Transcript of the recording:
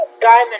Diamond